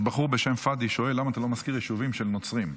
יש בחור בשם פאדי ששואל למה אתה לא מזכיר יישובים של נוצרים.